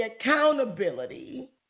accountability